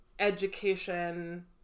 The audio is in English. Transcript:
education